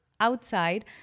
outside